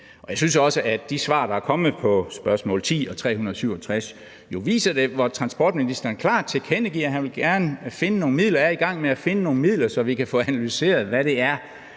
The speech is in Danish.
og jeg synes også, at de svar, der er kommet på spørgsmål 10 og 367, jo viser det, hvor transportministeren klart tilkendegiver, at han gerne vil finde nogle midler og er i gang med at finde nogle midler, så vi kan få analyseret, hvad det er,